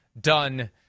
done